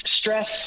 stress